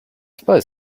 suppose